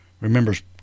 remembers